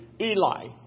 Eli